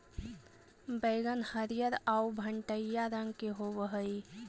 बइगन हरियर आउ भँटईआ रंग के होब हई